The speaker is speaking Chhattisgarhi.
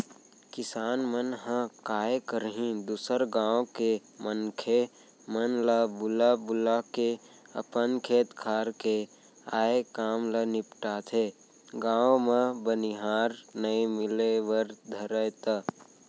किसान मन ह काय करही दूसर गाँव के मनखे मन ल बुला बुलाके अपन खेत खार के आय काम ल निपटाथे, गाँव म बनिहार नइ मिले बर धरय त